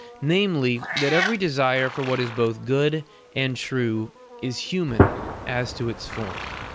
namely, that every desire for what is both good and true is human as to its form.